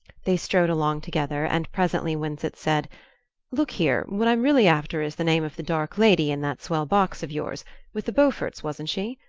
they strolled along together, and presently winsett said look here, what i'm really after is the name of the dark lady in that swell box of yours with the beauforts, wasn't she?